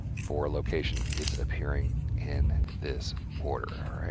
for location, it's appearing in this order, alright,